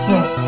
Yes